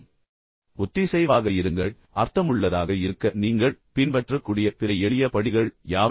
எனவே ஒத்திசைவாக இருங்கள் அர்த்தமுள்ளதாக இருக்க நீங்கள் பின்பற்றக்கூடிய பிற எளிய படிகள் யாவை